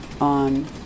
on